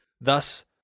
Thus